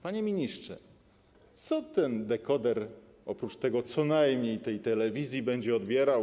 Panie ministrze, co ten dekoder, oprócz tego ˝co najmniej˝ dotyczącego telewizji, będzie odbierał?